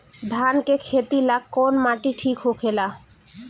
धान के खेती ला कौन माटी ठीक होखेला?